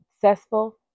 successful